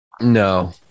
No